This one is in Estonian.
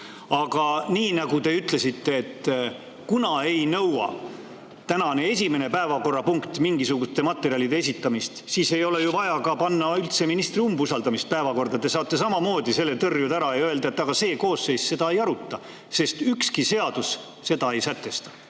Aga nagu te ütlesite, et tänane esimene päevakorrapunkt ei nõua mingisuguste materjalide esitamist, siis ei ole ju vaja panna üldse ka ministri umbusaldamist päevakorda. Te saate samamoodi selle tõrjuda ja öelda, et see koosseis seda ei aruta, sest ükski seadus seda ei sätesta.